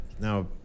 now